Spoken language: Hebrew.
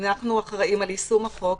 אנחנו אחראים על יישום החוק.